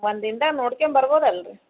ಒಂದು ದಿನ್ದಾಗ ನೋಡ್ಕ್ಯಂಡು ಬರ್ಬೋದಲ್ರೀ